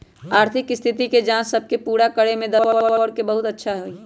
आर्थिक स्थिति के जांच सब के पूरा करे में द बिग फोर के बहुत अच्छा हई